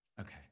Okay